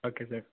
okay Swami